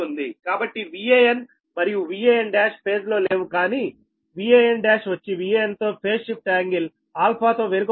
కాబట్టి Van మరియు Van1 phase లో లేవుకానీ Van1 వచ్చి Van తో ఫేజ్ షిఫ్ట్ యాంగిల్ α తో వెనుకబడి ఉంది